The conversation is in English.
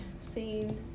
scene